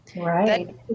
Right